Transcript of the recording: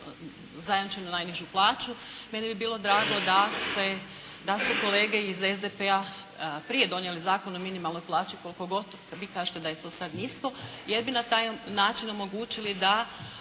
zajamčenu najnižu plaću. Meni bi bilo drago da su kolege iz SDP-a prije donijeli Zakon o minimalnoj plaći koliko god vi kažete da je to sada nisko, jer bi na taj način omogućili da